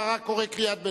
אתה רק קורא קריאת ביניים.